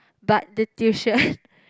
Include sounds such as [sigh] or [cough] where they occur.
but the tuition [noise]